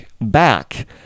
back